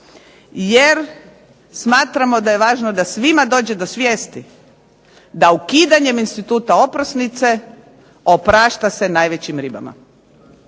jer smatramo da je važno da svima dođe do svijesti da ukidanjem instituta oprosnice oprašta se najvećim ribama